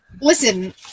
listen